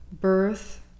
birth